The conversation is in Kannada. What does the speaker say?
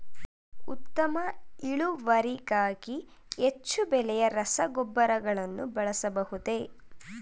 ಉತ್ತಮ ಇಳುವರಿಗಾಗಿ ಹೆಚ್ಚು ಬೆಲೆಯ ರಸಗೊಬ್ಬರಗಳನ್ನು ಬಳಸಬಹುದೇ?